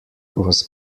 was